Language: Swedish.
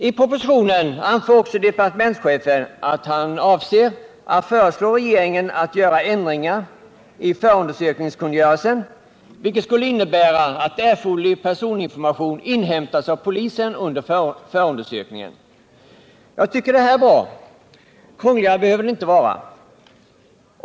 I propositionen anför departementschefen att han avser att föreslå regeringen att ändringar görs i förundersökningskungörelsen, vilket skulle innebära att erforderlig personinformation inhämtas av polisen under förundersökningen. Jag tycker det är bra. Krångligare behöver det inte vara.